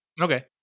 Okay